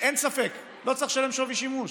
ספק שלא צריך לשלם שווי שימוש.